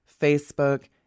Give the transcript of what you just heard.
Facebook